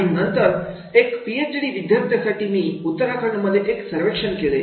आणि नंतर एका पीएचडी विद्यार्थ्यासाठी मी उत्तराखंडमध्ये एक सर्वेक्षण केले